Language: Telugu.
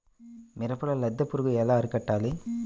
మిరపలో లద్దె పురుగు ఎలా అరికట్టాలి?